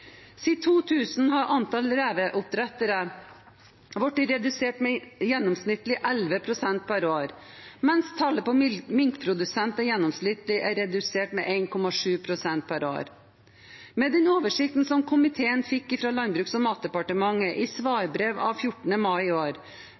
Siden 2000 har antallet reveoppdrettere blitt redusert med gjennomsnittlig 11 pst. per år, mens tallet på minkprodusenter gjennomsnittlig er redusert med 1,7 pst. per år. Med den oversikten som komiteen fikk fra Landbruks- og matdepartementet i